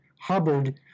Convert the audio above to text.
Hubbard